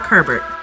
Herbert